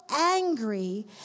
angry